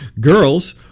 Girls